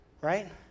right